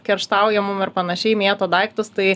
kerštauja mum ir panašiai mėto daiktus tai